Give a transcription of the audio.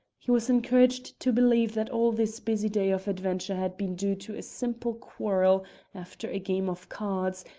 he was encouraged to believe that all this busy day of adventure had been due to a simple quarrel after a game of cards,